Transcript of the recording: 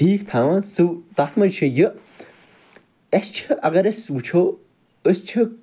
ٹھیٖک تھاوان سُہ تتھ مَنٛز چھِ یہِ اسہِ چھِ اگر أسۍ وُچھو أسۍ چھِ